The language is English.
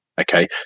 Okay